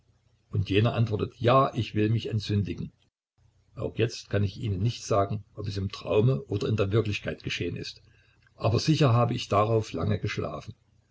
und jener antwortet ja ich will mich entsündigen auch jetzt kann ich ihnen nicht sagen ob es im traume oder in der wirklichkeit geschehen ist aber sicher habe ich darauf lange geschlafen